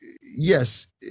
yes